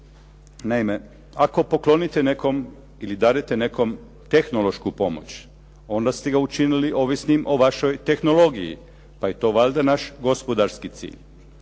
Naime, ako poklonite nekom ili darujete nekom tehnološku pomoć onda ste ga učinili ovisnim o vašoj tehnologiji, pa je to valjda naš gospodarski cilj.